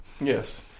Yes